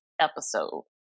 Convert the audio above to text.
episode